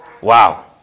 Wow